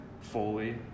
fully